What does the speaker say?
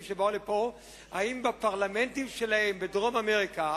שבאו לפה אם בפרלמנטים שלהם בדרום-אמריקה